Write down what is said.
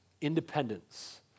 independence